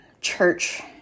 church